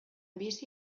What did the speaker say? bizi